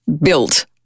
built